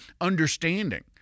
understanding